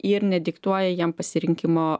ir nediktuoja jiem pasirinkimo